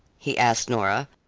he asked nora,